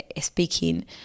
speaking